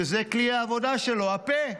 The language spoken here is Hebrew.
זה כלי העבודה שלו, הפה.